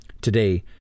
Today